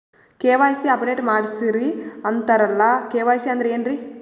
KYC update ಮಾಡಸ್ರೀ ಅಂತರಲ್ಲ KYC ಅಂದ್ರ ಏನ್ರೀ?